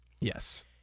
Yes